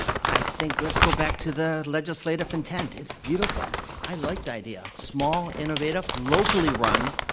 i think let's go back to the legislative intent. it's beautiful. i like the idea. small, innovative, locally run,